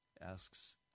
asks